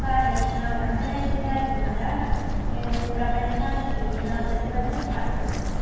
కానీ నా వంట నైపుణ్యాల ద్వారా నేను ప్రపంచానికి నా ప్రతిభను చాటుకున్నాను